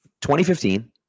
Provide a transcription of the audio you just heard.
2015